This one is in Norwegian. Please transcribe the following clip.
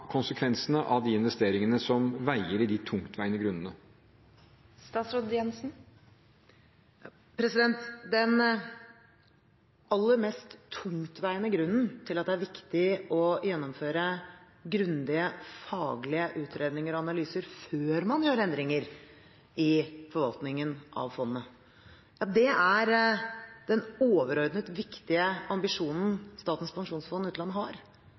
av de investeringene som veier i de tungtveiende grunnene? Den aller mest tungtveiende grunnen til at det er viktig å gjennomføre grundige faglige utredninger og analyser før man gjør endringer i forvaltningen av fondet, er den overordnet viktige ambisjonen Statens pensjonsfond utland har,